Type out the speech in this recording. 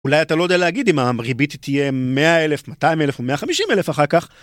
אולי אתה לא יודע להגיד אם הריבית תהיה 100,000, 200,000 ו-150,000 אחר כך..